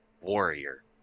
warrior